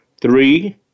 Three